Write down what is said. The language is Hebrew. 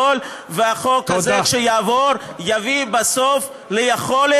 קיבל מכתב מהרופא: אין סרטן בגופך,